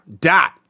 dot